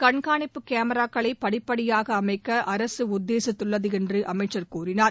கண்காணிப்புக் கோராக்களை படிப்படியாக அமைக்க அரசு உத்தேசித்துள்ளது என்று அமைச்சர் கூறினார்